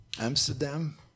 Amsterdam